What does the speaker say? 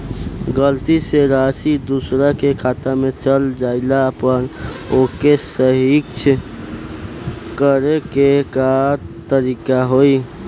गलती से राशि दूसर के खाता में चल जइला पर ओके सहीक्ष करे के का तरीका होई?